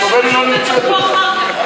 לא נמצאת בכלל.